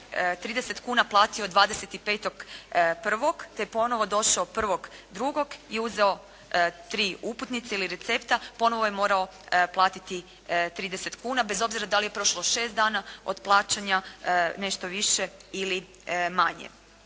30 kuna platio 25.1. te ponovo došao 1.2. i uzeo tri uputnice ili recepta ponovo je morao platiti 30 kuna bez obzira da li je prošlo 6 dana od plaćanja, nešto više ili manje.